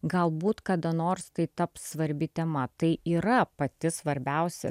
galbūt kada nors tai taps svarbi tema tai yra pati svarbiausia